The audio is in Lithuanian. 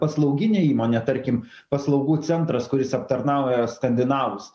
paslauginė įmonė tarkim paslaugų centras kuris aptarnauja skandinavus